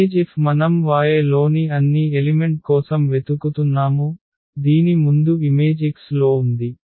image F మనం y లోని అన్ని ఎలిమెంట్ కోసం వెతుకుతున్నాము దీని ముందు ఇమేజ్ X లో ఉంది